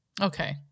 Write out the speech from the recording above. Okay